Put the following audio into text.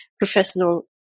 professional